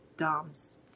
Dom's